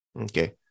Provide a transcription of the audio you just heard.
Okay